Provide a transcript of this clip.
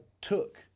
took